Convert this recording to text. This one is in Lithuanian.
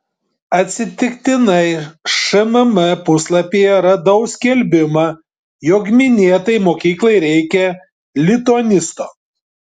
atsitiktinai šmm puslapyje radau skelbimą jog minėtai mokyklai reikia lituanisto